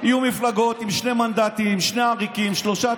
יהיו מפלגות עם שני מנדטים, שני עריקים, שלושה.